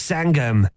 Sangam